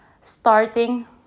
starting